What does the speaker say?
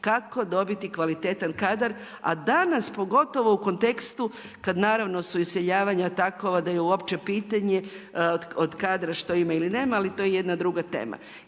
kako dobiti kvalitetan kadar, a danas pogotovo u kontekstu kad naravno su iseljavanja takovo da je uopće pitanje od kadra što ima ili nema, ali to je jedna druga tema.